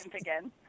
again